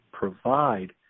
provide